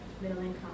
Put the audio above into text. middle-income